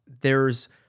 There's-